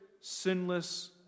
sinless